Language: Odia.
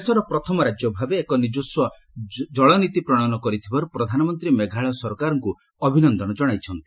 ଦେଶର ପ୍ରଥମ ରାଜ୍ୟ ଭାବେ ଏକ ନିଜସ୍ୱ ଏକ ଜଳନୀତି ପ୍ରଣୟନ କରିଥିବାରୁ ପ୍ରଧାନମନ୍ତ୍ରୀ ମେଘାଳୟ ସରକାରଙ୍କୁ ଅଭିନନ୍ଦନ ଜଣାଇଛନ୍ତି